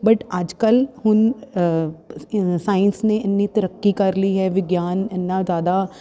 but ਅੱਜ ਕੱਲ੍ਹ ਹੁਣ ਸਾਇੰਸ ਨੇ ਇੰਨੀ ਤਰੱਕੀ ਕਰ ਲਈ ਹੈ ਵਿਗਿਆਨ ਇੰਨਾ ਜ਼ਿਆਦਾ